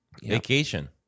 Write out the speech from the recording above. vacation